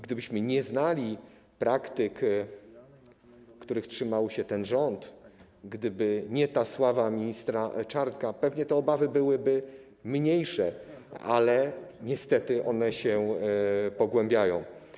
Gdybyśmy nie znali praktyk, których trzymał się ten rząd, gdyby nie ta sława ministra Czarnka, pewnie te obawy byłyby mniejsze, ale niestety one się pogłębiają.